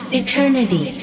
eternity